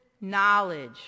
knowledge